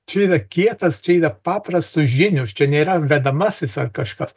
čia yra kietas čia yra paprastos žinios čia nėra vedamasis ar kažkas